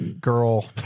Girl